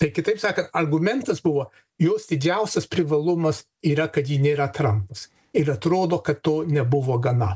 tai kitaip sakant argumentas buvo jos didžiausias privalumus yra kad ji nėra trampas ir atrodo kad to nebuvo gana